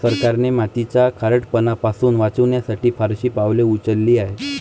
सरकारने मातीचा खारटपणा पासून वाचवण्यासाठी फारशी पावले उचलली आहेत